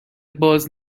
باز